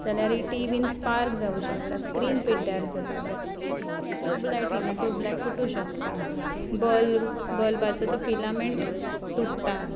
जाल्यार टिवीन स्पार्क जावंक शकता स्क्रिन पिड्ड्यार जाता ट्युबलायट म्हणा ट्युबलायट फुटूंक शकता बल्ब बल्बाचो तो फिलामेंट तुटता